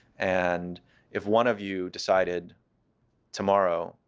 and if one of you decided tomorrow,